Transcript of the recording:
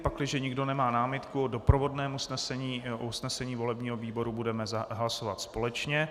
Pakliže nikdo nemá námitku k doprovodnému usnesení, o usnesení volebního výboru budeme hlasovat společně.